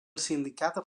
sindicat